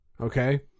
Okay